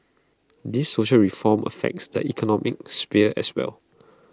these social reforms affects the economic sphere as well